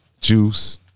Juice